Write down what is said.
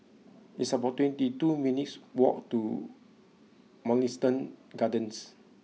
it's about twenty two minutes' walk to Mugliston Gardens